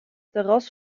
terras